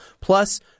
plus